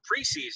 preseason